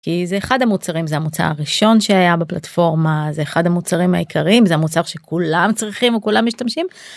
כי זה אחד המוצרים זה המוצר הראשון שהיה בפלטפורמה זה אחד המוצרים העיקריים זה מוצר שכולם צריכים וכולם משתמשים.